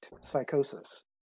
psychosis